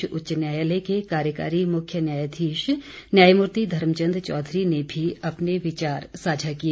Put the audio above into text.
प्रदेश उच्च न्यायालय के कार्यकारी मुख्य न्यायाधीश न्यायमूर्ति धर्म चंद चौधरी ने भी अपने विचार साझा किए